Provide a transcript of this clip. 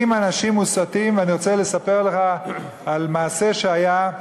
אם אנשים מוסתים, אני רוצה לספר לך על מעשה שהיה,